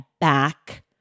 back